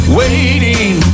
waiting